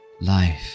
life